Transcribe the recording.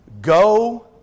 Go